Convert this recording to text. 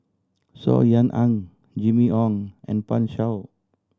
Saw Ean Ang Jimmy Ong and Pan Shou